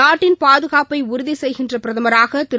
நாட்டின் பாதுகாப்பை உறுதி செய்கின்ற பிரதமராக திரு